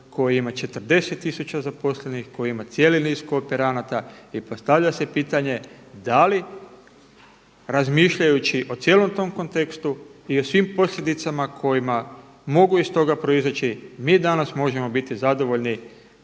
koji ima 40 tisuća zaposlenih, koji ima cijeli niz kooperanata. I postavlja se pitanje, da li razmišljajući o cijelom tom kontekstu i o svim posljedicama kojima mogu iz toga proizaći mi danas možemo biti zadovoljni